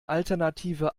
alternative